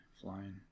Flying